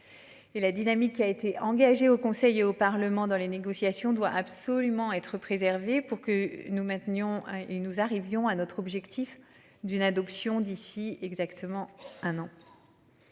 la dynamique qui a été engagé au Conseil et au Parlement dans les négociations doit absolument être préservé pour que nous maintenions il nous arrivions à notre objectif d'une adoption d'ici exactement un an.